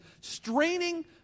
straining